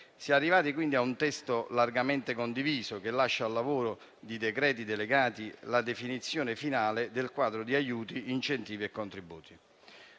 Si è arrivati, quindi, a un testo largamente condiviso, che lascia al lavoro di decreti delegati la definizione finale del quadro di aiuti, incentivi e contributi: